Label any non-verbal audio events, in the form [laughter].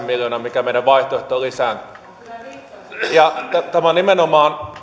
[unintelligible] miljoonaa minkä meidän vaihtoehto lisää tämä on nimenomaan